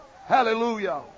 Hallelujah